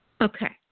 Okay